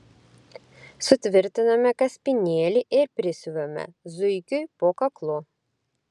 sutvirtiname kaspinėlį ir prisiuvame zuikiui po kaklu